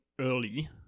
early